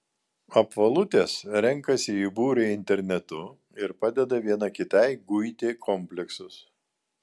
apvalutės renkasi į būrį internetu ir padeda viena kitai guiti kompleksus